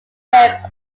turks